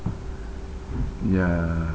ya